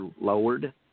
lowered